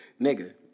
Nigga